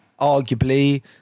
arguably